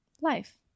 life